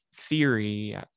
theory